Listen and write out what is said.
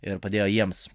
ir padėjo jiems